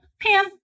Pam